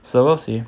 so we'll see